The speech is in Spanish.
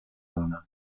una